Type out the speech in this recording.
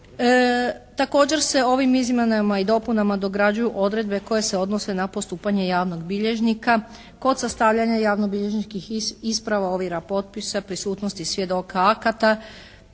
Također se ovim izmjenama i dopunama dograđuju odredbe koje se odnose na postupanje javnog bilježnika kod sastavljanja javno-bilježničkih isprava, ovjera potpisa, prisutnosti svjedoka akata